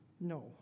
No